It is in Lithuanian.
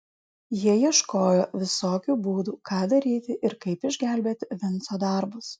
jie ieškojo visokių būdų ką daryti ir kaip išgelbėti vinco darbus